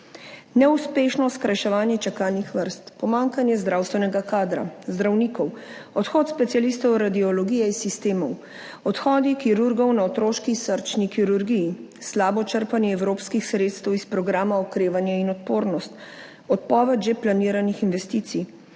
Neuspešno skrajševanje čakalnih vrst, pomanjkanje zdravstvenega kadra, zdravnikov, odhod specialistov radiologije iz sistemov, odhodi kirurgov na otroški srčni kirurgiji, slabo črpanje evropskih sredstev iz programa Okrevanje in odpornost, odpoved že planiranih investicij,